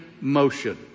motion